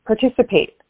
participate